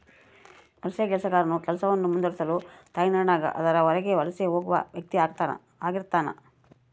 ವಲಸಿಗ ಕೆಲಸಗಾರನು ಕೆಲಸವನ್ನು ಮುಂದುವರಿಸಲು ತಾಯ್ನಾಡಿನಾಗ ಅದರ ಹೊರಗೆ ವಲಸೆ ಹೋಗುವ ವ್ಯಕ್ತಿಆಗಿರ್ತಾನ